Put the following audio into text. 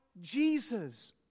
Jesus